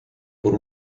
por